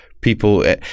People